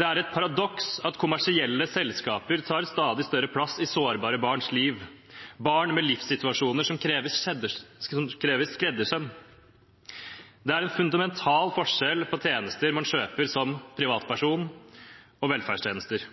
Det er et paradoks at kommersielle selskaper tar stadig større plass i sårbare barns liv: barn med livssituasjoner som krever skreddersøm. Det er en fundamental forskjell på tjenester man kjøper som privatperson, og velferdstjenester.